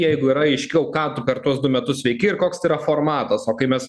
jeigu yra aiškiau ką tu per tuos du metus veiki ir koks yra formatas o kai mes